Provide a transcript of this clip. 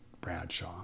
Bradshaw